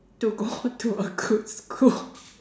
to go to a good school